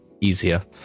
easier